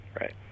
right